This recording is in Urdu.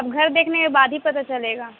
اب گھر دیکھنے کے بعد ہی پتہ چلے گا